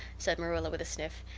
said marilla with a sniff.